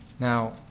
Now